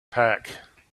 pack